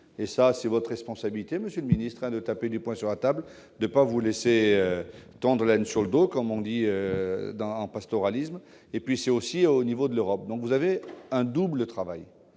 et c'est votre responsabilité, monsieur le ministre, de taper du poing sur la table, de ne pas vous laisser tondre la laine sur le dos, comme on dit en pastoralisme. Cela relève aussi de l'Europe. Vous avez un double travail,